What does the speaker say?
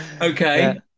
Okay